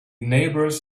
neighbors